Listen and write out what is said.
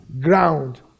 ground